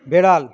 বেড়াল